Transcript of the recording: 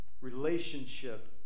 relationship